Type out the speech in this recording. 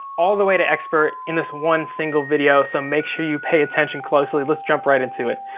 all the way to expert, in this one, single video. so make sure you pay attention closely, let's jump right into it.